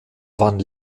van